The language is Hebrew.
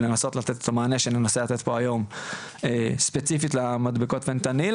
לנסות לתת את המענה שננסה לתת פה היום ספציפית למדבקות FENTANIL,